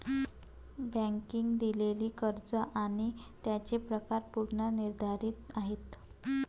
बँकांनी दिलेली कर्ज आणि त्यांचे प्रकार पूर्व निर्धारित आहेत